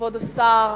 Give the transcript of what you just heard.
כבוד השר.